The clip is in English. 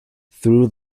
through